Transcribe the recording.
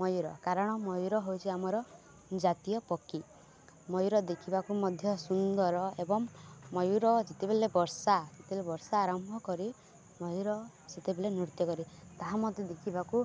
ମୟୂୁର କାରଣ ମୟୂୁର ହେଉଛି ଆମର ଜାତୀୟ ପକ୍ଷୀ ମୟୂୁର ଦେଖିବାକୁ ମଧ୍ୟ ସୁନ୍ଦର ଏବଂ ମୟୂର ଯେତେବେଲେ ବର୍ଷା ଯେତେବେଲେ ବର୍ଷା ଆରମ୍ଭ କରେ ମୟୂୁର ସେତେବେଲେ ନୃତ୍ୟ କରେ ତାହା ମଧ୍ୟ ଦେଖିବାକୁ